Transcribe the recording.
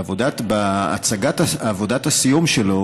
בהצגת עבודת הסיום שלו